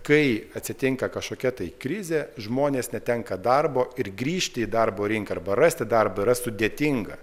kai atsitinka kažkokia tai krizė žmonės netenka darbo ir grįžti į darbo rinką arba rasti darbą yra sudėtinga